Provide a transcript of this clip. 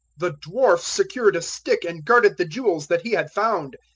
the dwarf secured a stick and guarded the jewels that he had found.